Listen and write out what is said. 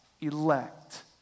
elect